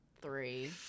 Three